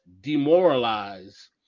demoralize